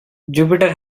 jupiter